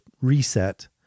reset